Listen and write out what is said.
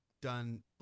done